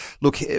Look